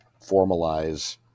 formalize